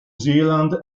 zealand